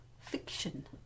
Fiction